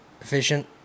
efficient